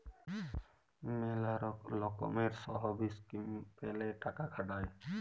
ম্যালা লকমের সহব ইসকিম প্যালে টাকা খাটায়